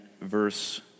verse